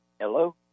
Hello